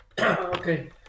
Okay